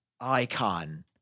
icon